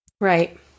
right